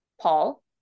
Paul